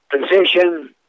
position